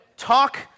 Talk